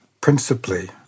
principally